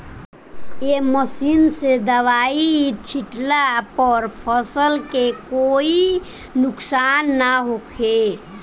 ए machine से दवाई छिटला पर फसल के कोई नुकसान ना होखे